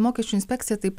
mokesčių inspekcija taip